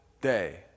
day